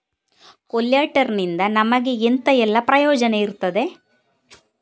ಕೊಲ್ಯಟರ್ ನಿಂದ ನಮಗೆ ಎಂತ ಎಲ್ಲಾ ಪ್ರಯೋಜನ ಇರ್ತದೆ?